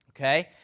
Okay